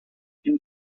and